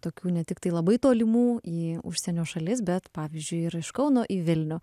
tokių ne tiktai labai tolimų į užsienio šalis bet pavyzdžiui ir iš kauno į vilnių